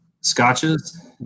scotches